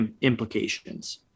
implications